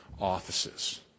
offices